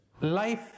Life